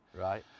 Right